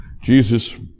Jesus